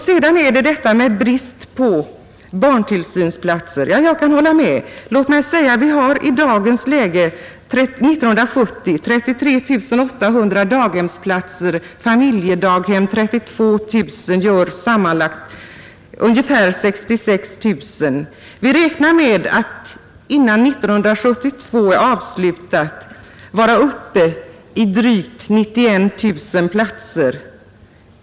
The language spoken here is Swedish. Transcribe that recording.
Sedan har vi bristen på barntillsynsplatser. Ja, jag kan hålla med. 1970 hade vi 33 800 daghemsplatser. Tillsammans med 32 000 familjedaghemsplatser blir det ungefär 66 000 platser. Vi räknar med att innan år 1972 är avslutat vara uppe i drygt 91 000 platser.